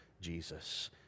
Jesus